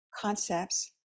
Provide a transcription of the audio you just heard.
concepts